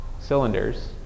cylinders